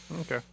Okay